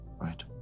Right